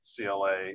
CLA